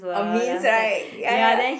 a means right ya ya ya